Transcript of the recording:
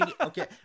Okay